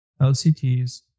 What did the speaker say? LCTs